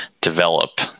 develop